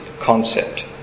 concept